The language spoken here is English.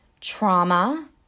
trauma